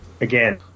again